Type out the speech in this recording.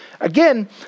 Again